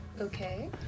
Okay